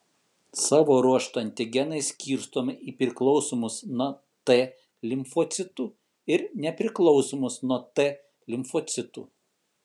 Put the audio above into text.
savo ruožtu antigenai skirstomi į priklausomus nuo t limfocitų ir nepriklausomus nuo t limfocitų